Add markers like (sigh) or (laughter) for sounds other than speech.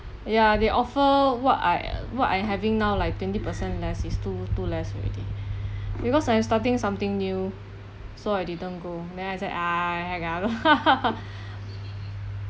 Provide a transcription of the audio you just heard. ya they offer what I what I'm having now like twenty percent less is too too less already (breath) because I'm starting something new so I didn't go and then I said ah (noise) (laughs)